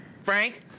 Frank